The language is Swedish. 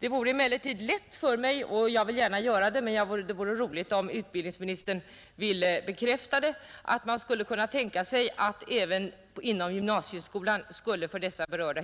Det är lätt för mig att tro, men det vore roligt om utbildningsministern ville bekräfta att man skulle kunna tänka sig att även inom gymnasieskolan skapa något slags övergångsplan för här berörda